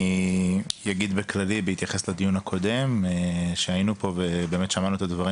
אני אגיד בהתייחס לדיון הקודם ששמענו את הדברים